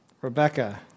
Rebecca